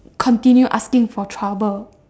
continue asking for trouble